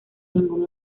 ningún